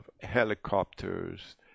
helicopters